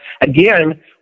again